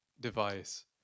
device